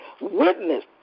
witness